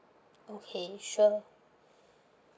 okay sure